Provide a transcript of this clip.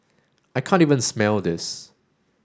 I can't even smell this